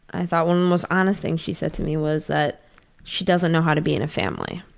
i found most honest thing she said to me was that she doesn't know how to be in a family.